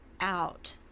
out